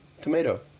Tomato